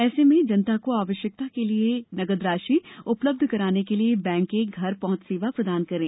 ऐसे में जनता को आवश्यकता के लिए नगद राशि उपलब्ध कराने के लिए बैंके घर पहुँच सेवा प्रदान करें